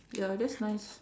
ya that's nice